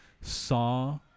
saw